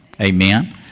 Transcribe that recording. Amen